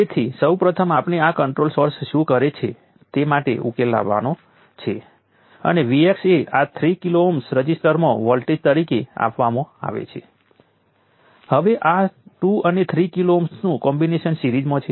તેથી અહીં તે પાવરને શોષે છે અહીં તે પાવર ડીલીવર કરે છે અને અહીં ફરીથી જ્યાં મેં વેવફોર્મનો લીલો ભાગ બતાવ્યો છે તે પાવરને શોષી લે છે અને આ ભાગમાં તે પાવર ડીલીવર કરે છે